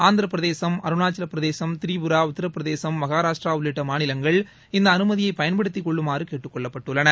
ஆந்திர பிரதேசம் அருணாச்சல பிரதேசம் திரிபுரா உத்தரபிரதேசம் மகாராஷ்ட்ரா உள்ளிட்ட மாநிலங்கள் இந்த அனுமதியை பயன்படுத்திக் கொள்ளுமாறு கேட்டுக் கொள்ளப்பட்டுள்ளன